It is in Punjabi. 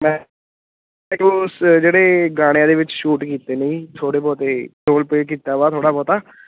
ਮੈਂ ਕੁਛ ਜਿਹੜੇ ਗਾਣਿਆਂ ਦੇ ਵਿੱਚ ਸ਼ੂਟ ਕੀਤੇ ਨੇ ਥੋੜ੍ਹੇ ਬਹੁਤੇ ਰੋਲ ਪਲੇ ਕੀਤਾ ਵਾ ਥੋੜ੍ਹਾ ਬਹੁਤਾ